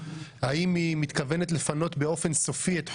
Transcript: האם היא מתכוונת לפנות באופן סופי את חומש.